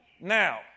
Now